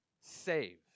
save